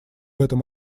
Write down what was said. этом